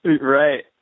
Right